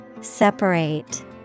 Separate